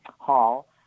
hall